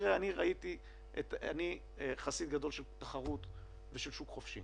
אני חסיד גדול של תחרות ושל שוק חופשי